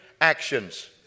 actions